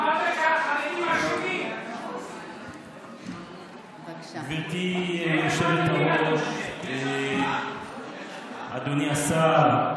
אמרת שהחרדים אשמים, גברתי היושבת-ראש, אדוני השר,